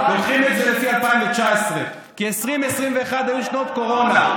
לוקחים את זה לפי 2019. כי 2021-2020 היו שנות קורונה.